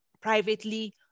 privately